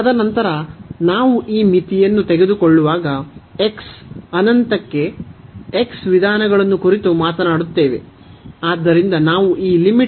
ತದನಂತರ ನಾವು ಈ ಮಿತಿಯನ್ನು ತೆಗೆದುಕೊಳ್ಳುವಾಗ x ಅನಂತಕ್ಕೆ x ವಿಧಾನಗಳನ್ನು ಕುರಿತು ಮಾತನಾಡುತ್ತೇವೆ